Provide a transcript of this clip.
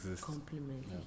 complement